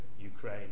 Ukraine